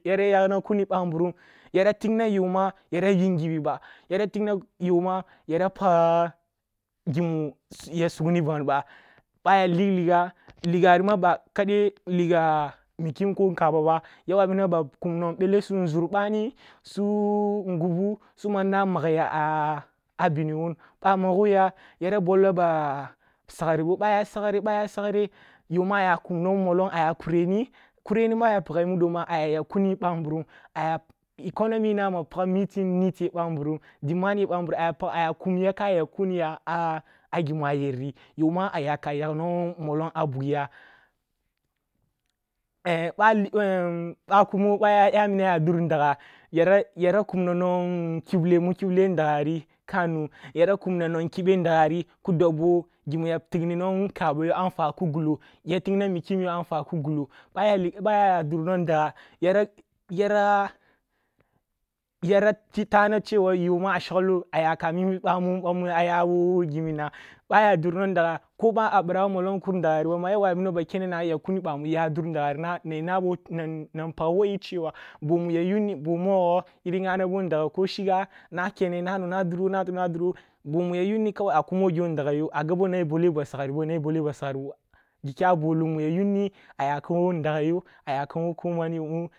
Yara yagna kuni bamburum yara tigna yo ma yara yib ngibi ba, yara tigna yo ma yara pag gimu yara sugni ban ba, ъa aya lig liga, ligari ba kaɗe liga mikim ko nkaba ba, yarah wabina ba kur bele su zur bani, su ngubu su man na mag ya abiniwun ъa amagoya yara bolla ba sagrebo ba aya sagre aya sagre yo ma yok um molong kureni mu ayani a pageh aya yakkuni banburum aya, economy nama pag meeting need ye bamburum, demand ye bam burum aya pag aya kumya ka yag kumya a igmu ayeri yoma ayak a yak nwong molong a bu giya yamuni aya dur ndaga yara kumna nwong mu kyuble ndaga ka nu, yara kumna nwon kibe ndagari ki dobbo gimi nwong nkabo yo a nfwa ki gulo, ya figna mikim yo a nfwa ku gulo ъa aya dur nwong ndaaga yara tana chewa yo ma a shaglo ayakam mimi ъamu bamu ayawo giminna, ъa aya durna ndaga ko ъa a bira wo mullong kurndagari ya wabina ba kene na yakkuni ъamu ya dur ndagari nai nabo nan pag woyi chewa boh mwogwo yiri ghanabo ndaga ko shiga na kene na duro nanona duro boh mu ya yunni kawai na a kumo ndaga yo agbo na e’bole ba sagribo na e’bole ba sagribo yo, gi kya boh lum ayakam wo ndaga yo akam wo ko man yo